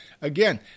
Again